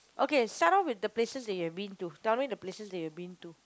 okay start up with the places that you have been to tell me the places that you have been to